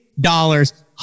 dollars